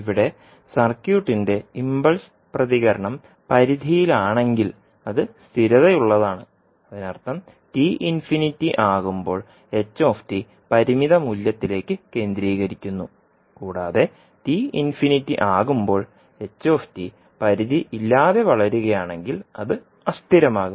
ഇവിടെ സർക്യൂട്ടിന്റെ ഇംപൾസ് പ്രതികരണം പരിധിയിലാണെങ്കിൽ അത് സ്ഥിരതയുള്ളതാണ് അതിനർത്ഥം ആകുമ്പോൾ h പരിമിത മൂല്യത്തിലേക്ക് കേന്ദ്രീകരിക്കുന്നു കൂടാതെ ആകുമ്പോൾ h പരിധിയില്ലാതെ വളരുകയാണെങ്കിൽ അത് അസ്ഥിരമാകും